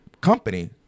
company